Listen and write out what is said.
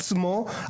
הכלב עצמו,